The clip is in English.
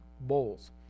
bowls